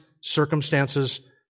circumstances